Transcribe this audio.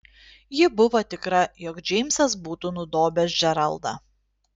ji buvo tikra jog džeimsas būtų nudobęs džeraldą